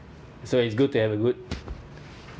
so it’s good to have a good